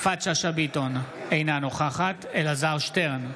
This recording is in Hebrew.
יפעת שאשא ביטון, אינה נוכחת אלעזר שטרן,